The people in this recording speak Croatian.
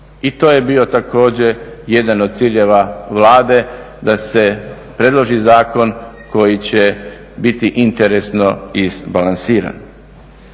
i to je bio također jedan od ciljeva Vlade da se predloži zakon koji će biti interesno izbalansiran.